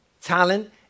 Talent